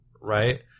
right